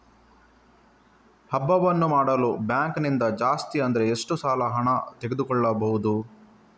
ಹಬ್ಬವನ್ನು ಮಾಡಲು ಬ್ಯಾಂಕ್ ನಿಂದ ಜಾಸ್ತಿ ಅಂದ್ರೆ ಎಷ್ಟು ಸಾಲ ಹಣ ತೆಗೆದುಕೊಳ್ಳಬಹುದು?